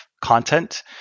content